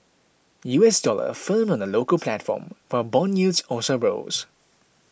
U S dollar firmed on the local platform while bond yields also rose